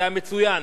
זה המצוין.